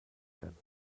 werden